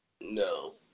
No